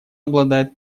обладает